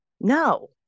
no